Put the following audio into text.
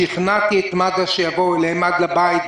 שכנעתי את מד"א שיבוא אליהם עד לבית.